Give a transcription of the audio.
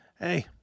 Hey